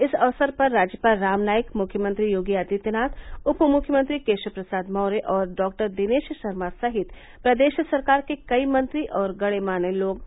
इस अवसर पर राज्यपाल राम नाईक मुख्यमंत्री योगी आदित्यनाथ उप मुख्यमंत्री केशव प्रसाद मौर्य और डॉक्टर दिनेश शर्मा सहित प्रदेश सरकार के कई मंत्री और गण्यमान्य लोग मौजूद रहे